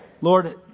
Lord